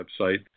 website